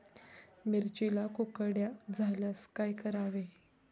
मिरचीला कुकड्या झाल्यास काय करावे?